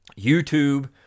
YouTube